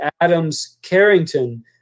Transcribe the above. Adams-Carrington